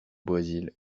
brésil